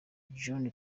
john